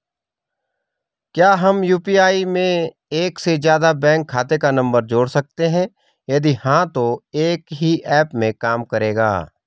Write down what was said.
क्या हम यु.पी.आई में एक से ज़्यादा बैंक खाते का नम्बर जोड़ सकते हैं यदि हाँ तो एक ही ऐप में काम करेगा?